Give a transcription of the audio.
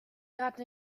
gerade